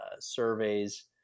surveys